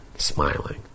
smiling